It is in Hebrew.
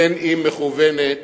אם מכוונת